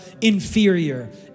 inferior